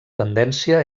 tendència